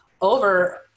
over